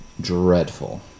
dreadful